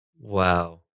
Wow